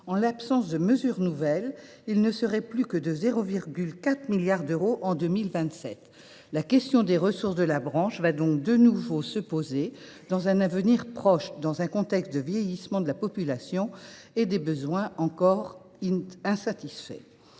En l’absence de mesures nouvelles, il ne serait plus que de 0,4 milliard d’euros en 2027. La question des ressources de la branche se posera donc de nouveau dans un avenir proche, dans un contexte de vieillissement de la population et de besoins encore insatisfaits.